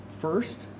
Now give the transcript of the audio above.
first